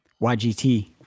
YGT